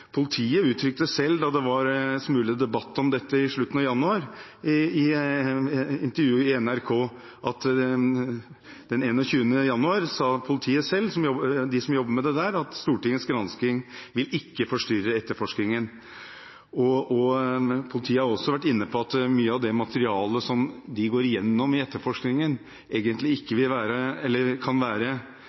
politiet, uttrykte selv da det var en smule debatt om dette i slutten av januar, i intervju i NRK den 21. januar, at Stortingets gransking ikke vil forstyrre etterforskningen. Politiet har også vært inne på at mye av det materialet som de går igjennom i etterforskningen, kan være materiale som egentlig ikke kan brukes til å iretteføre, til å skaffe bevis som holder i retten, men som selvsagt kan være